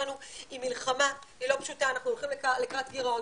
היא מלחמה לא פשוטה, אנחנו הולכים לקראת גירעון.